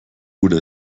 wurde